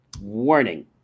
Warning